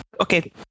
Okay